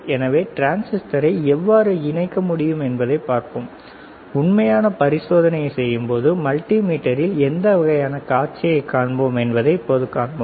எனவே டிரான்சிஸ்டரை எவ்வாறு இணைக்க முடியும் என்பதை பார்ப்போம் உண்மையான பரிசோதனையைச் செய்யும்போது மல்டிமீட்டரில் எந்த வகையான காட்சியை காண்போம் என்பதை இப்போது காண்போம்